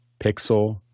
pixel